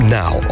now